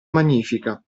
magnifica